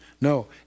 No